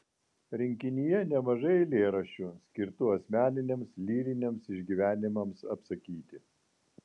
rinkinyje nemažai eilėraščių skirtų asmeniniams lyriniams išgyvenimams apsakyti